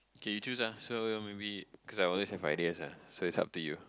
okay you choose ah so you maybe cause I always have ideas ah so it's up to you